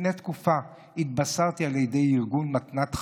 לפני תקופה התבשרתי על ידי ארגון "מתנת חיים"